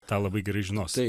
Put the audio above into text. tą labai gerai žinos